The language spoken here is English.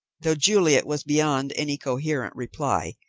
though juliet was beyond any coherent reply,